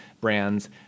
brands